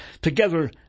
Together